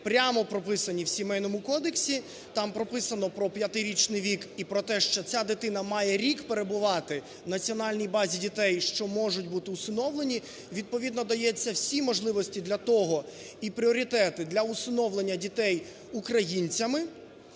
прямо прописані в Сімейному кодексі. Там прописано про п'ятирічний вік і про те, що ця дитина має рік перебувати в національній базі дітей, що можуть бути усиновлені. Відповідно даються всі можливості для того і пріоритети для усиновлення дітей українцями.